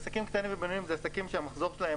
עסקים קטנים ובינוניים הם עסקים שהמחזור שלהם